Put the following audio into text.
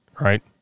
right